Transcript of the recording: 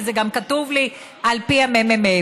וזה גם כתוב לי על פי הממ"מ.